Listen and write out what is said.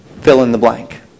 fill-in-the-blank